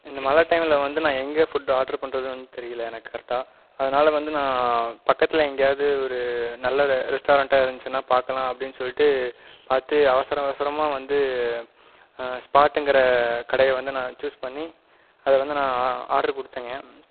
இந்த மழை டைம்ல வந்து நான் எங்கள் ஃபுட் ஆர்டர் பண்ணுறதுன்னு தெரியல எனக்கு கரெக்டாக அதனால வந்து நான் பக்கத்தில் எங்கேயாவது ஒரு நல்ல ரெ ரெஸ்டாரண்டாக இருந்துச்சுன்னால் பார்க்கலாம் அப்படின்னு சொல்லிட்டு பார்த்து அவசர அவசரமாக வந்து ஸ்பாட்டுங்கிற கடையை வந்து நான் சூஸ் பண்ணி அதை வந்து நான் ஆர்டர் கொடுத்தேங்க